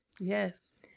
Yes